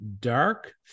dark